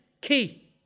key